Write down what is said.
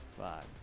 Five